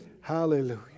Hallelujah